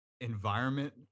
environment